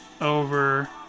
over